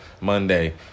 Monday